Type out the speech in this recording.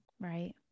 Right